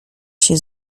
się